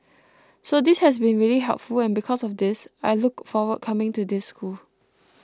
so this has been really helpful and because of this I look forward coming to this school